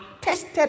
tested